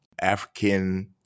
African